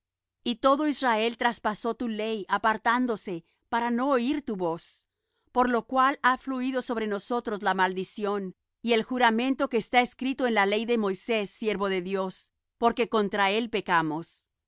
y todo israel traspasó tu ley apartándose para no oir tu voz por lo cual ha fluído sobre nosotros la maldición y el juramento que está escrito en la ley de moisés siervo de dios porque contra él pecamos